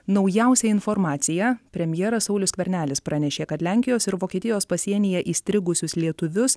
naujausią informaciją premjeras saulius skvernelis pranešė kad lenkijos ir vokietijos pasienyje įstrigusius lietuvius